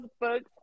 books